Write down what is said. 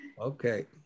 Okay